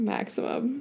Maximum